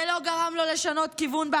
זה לא גרם לו לשנות כיוון.